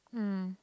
mm